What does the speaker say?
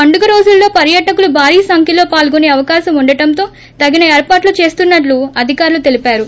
పండగ రోజులలో పర్భాటకులు భారీ సంఖ్యలో పాల్గొసే అవకాశం ఉండడంతో తగిన ఏర్పాట్లు చేస్తున్నట్లు అధికారులు తెలిపారు